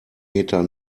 meter